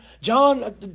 John